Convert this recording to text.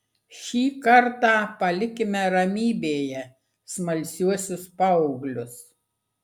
šį kartą palikime ramybėje smalsiuosius paauglius